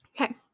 Okay